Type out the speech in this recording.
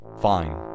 Fine